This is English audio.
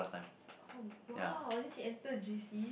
oh !wow! then she enter J_C